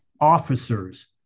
officers